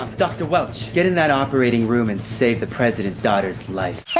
dr. welch, get in that operating room and save the president's daughter's life.